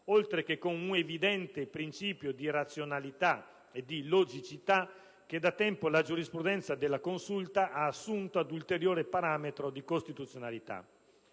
oltre che con un'evidente principio di razionalità e di logicità che da tempo la giurisprudenza della Consulta ha assunto ad ulteriore parametro di costituzionalità.